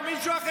בשבילם,